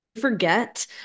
forget